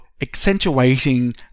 accentuating